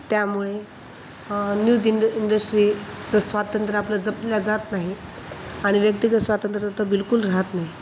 त्यामुळे न्यूज इंड इंडस्ट्रीचं स्वातंत्र्य आपलं जपलं जात नाही आणि व्यक्तिगत स्वातंत्र्य तर बिलकुल राहात नाही